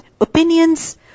opinions